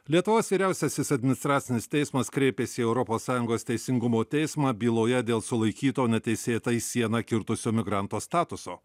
lietuvos vyriausiasis administracinis teismas kreipėsi į europos sąjungos teisingumo teismą byloje dėl sulaikyto neteisėtai sieną kirtusio migranto statuso